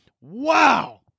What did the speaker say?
Wow